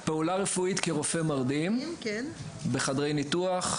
-- "פעולה רפואית כרופא מרדים בחדרי ניתוח,